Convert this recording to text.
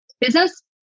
business